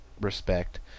respect